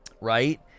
Right